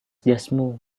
jasmu